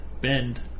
bend